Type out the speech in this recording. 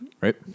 Right